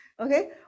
Okay